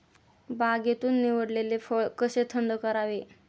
बागेतून निवडलेले फळ कसे थंड करावे?